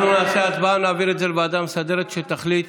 אנחנו נעשה הצבעה ונעביר את זה לוועדה המסדרת שתחליט